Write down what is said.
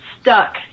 stuck